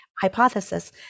hypothesis